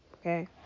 Okay